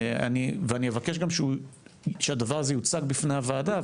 ואני אבקש גם שהדבר הזה יוצג בפני הוועדה,